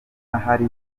hari